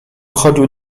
chodził